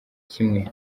kimwe